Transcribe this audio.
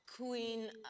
Queen